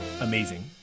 amazing